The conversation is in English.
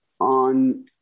on